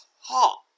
hot